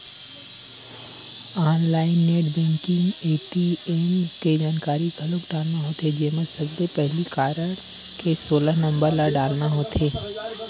online net banking म ATM के जानकारी घलोक डालना होथे जेमा सबले पहिली कारड के सोलह नंबर ल डालना होथे